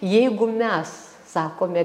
jeigu mes sakome